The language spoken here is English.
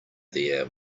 there